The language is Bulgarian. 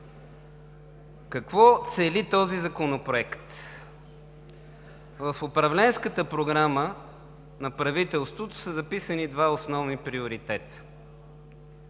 Какво цели този законопроект? В Управленската програма на правителството са записани два основни приоритета: